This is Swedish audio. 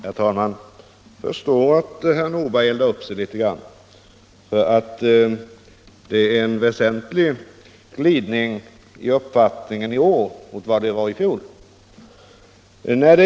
Herr talman! Jag förstår att herr Nordberg eldar upp sig litet nu, eftersom det har blivit en väsentlig glidning i uppfattningen i år jämfört med i fjol.